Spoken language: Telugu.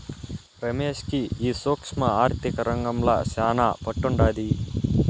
రమేష్ కి ఈ సూక్ష్మ ఆర్థిక రంగంల శానా పట్టుండాది